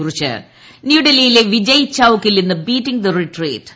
കുറിച്ച് ന്യൂഡൽഹിയില്ല വിജയ്ചൌക്കിൽ ഇന്ന് ബീറ്റിംഗ് ദ റിട്രീറ്റ്